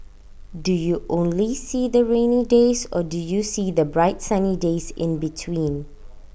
do you only see the rainy days or do you see the bright sunny days in between